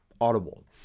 Audible